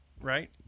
right